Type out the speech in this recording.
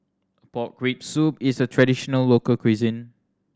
pork rib soup is a traditional local cuisine